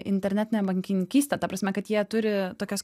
internetinę bankininkystę ta prasme kad jie turi tokias